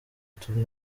tumwe